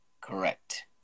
correct